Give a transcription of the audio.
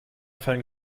fallen